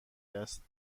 است